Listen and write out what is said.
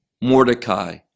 Mordecai